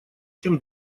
чем